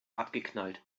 abgeknallt